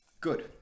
Good